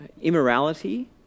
immorality